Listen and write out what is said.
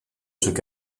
took